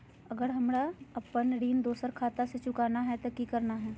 अगर हमरा अपन ऋण दोसर खाता से चुकाना है तो कि करना है?